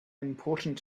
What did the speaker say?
important